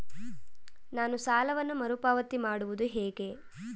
ನಾನು ಸಾಲವನ್ನು ಮರುಪಾವತಿ ಮಾಡುವುದು ಹೇಗೆ?